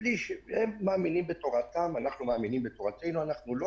הם מאמינים בתורתם, אנחנו מאמינים בתורתנו.